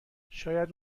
شاید